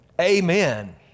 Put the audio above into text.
Amen